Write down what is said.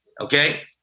okay